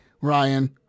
Ryan